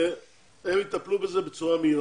והם יטפלו בזה בצורה מהירה.